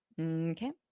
Okay